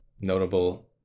Notable